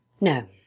No